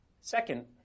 Second